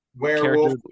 werewolf